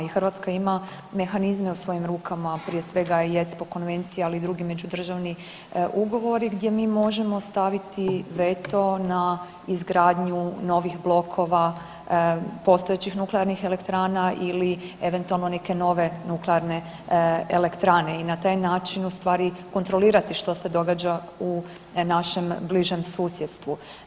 I Hrvatska ima mehanizme u svojim rukama, prije svega i … [[Govornik se ne razumije]] konvencije, ali i drugi međudržavni ugovori gdje mi možemo staviti veto na izgradnju novih blokova, postojećih nuklearnih elektrana ili eventualno neke nove nuklearne elektrane i na taj način u stvari kontrolirati što se događa u našem bližem susjedstvu.